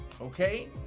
Okay